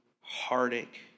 heartache